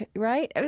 but right?